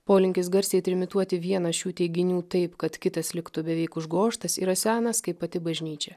polinkis garsiai trimituoti vieną šių teiginių taip kad kitas liktų beveik užgožtas yra senas kaip pati bažnyčia